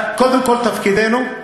קודם כול, תפקידנו,